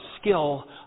skill